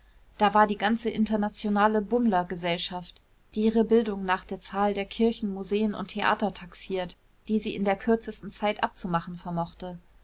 da war die ganze internationale bummlergesellschaft die ihre bildung nach der zahl der kirchen museen und theater taxiert die sie in der kürzesten zeit abzumachen vermochte